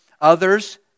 others